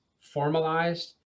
formalized